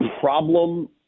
problem